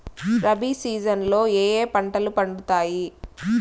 rabi season లో ఏ ఏ పంటలు పండుతాయి